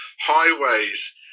highways